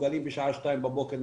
מסוגלים בשעה שתיים בבוקר,